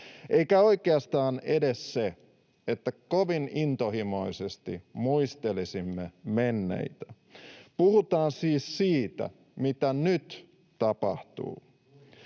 enkä oikeastaan edes sille, että kovin intohimoisesti muistelisimme menneitä. Puhutaan siis siitä, mitä nyt tapahtuu.